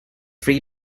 free